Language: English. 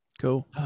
cool